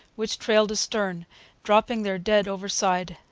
which trailed astern, dropping their dead overside,